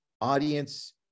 audience